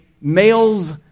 male's